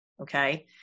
Okay